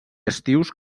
estius